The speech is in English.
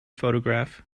photograph